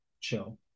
chill